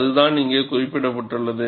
அதுதான் இங்கே குறிப்பிடப்பட்டுள்ளது